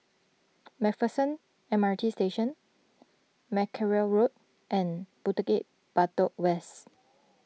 MacPherson M R T Station Mackerrow Road and Bukit Batok West